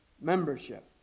membership